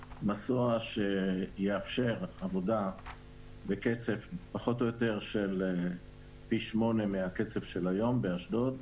מסוע שיאפשר עבודה בקצב של בערך פי שמונה מהקצב של היום באשדוד.